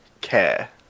care